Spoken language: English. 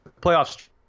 playoffs